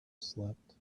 slept